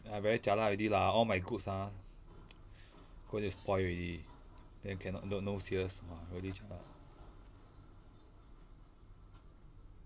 uh very jialat already lah all my goods ah going to spoil already then cannot no no sales ah really jialat ah